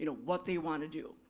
you know what they want to do.